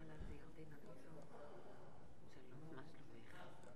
ההצעה להעביר את הנושא לוועדת הכספים נתקבלה.